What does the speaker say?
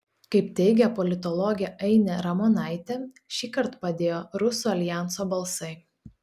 kaip teigia politologė ainė ramonaitė šįkart padėjo rusų aljanso balsai